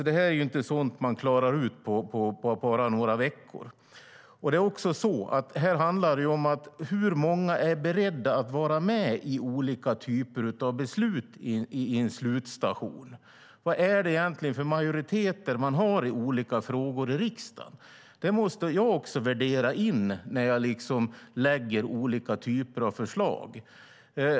Det här är inte sådant som man klarar ut på bara några veckor. Här handlar det om hur många som är beredda att vara med i olika typer av beslut vid en slutstation, vad det egentligen är för majoriteter i olika frågor i riksdagen. Det måste jag värdera när jag lägger fram olika typer av förslag.